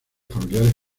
familiares